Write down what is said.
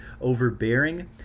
overbearing